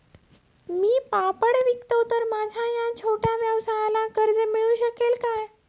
मी पापड विकतो तर माझ्या या छोट्या व्यवसायाला कर्ज मिळू शकेल का?